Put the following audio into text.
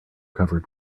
covered